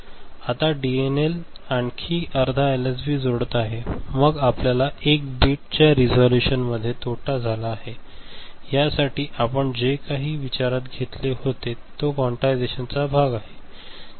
आता डीएनएल आणखी अर्धा एलएसबी जोडत आहे मग आपल्याला एक बिट चा रेसोलुशन मध्ये तोटा झाला आहे या साठी आपण जे काही विचारात घेतले होते तो क्वान्टायझेशन चा भाग आहे